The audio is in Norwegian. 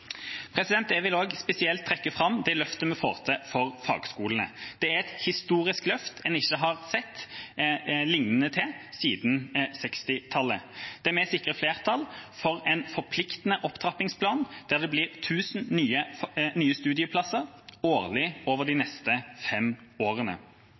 Jeg vil også spesielt trekke fram det løftet vi får til for fagskolene. Det er et historisk løft en ikke har sett lignende til siden 1960-tallet. Vi sikrer flertall for en forpliktende opptrappingsplan der det blir 1 000 nye studieplasser årlig over de